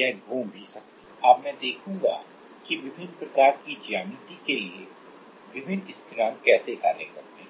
यह विक्षेपित अब मैं देखूंगा कि विभिन्न प्रकार की ज्यामिति के लिए विभिन्न स्थिरांक कैसे कार्य करते हैं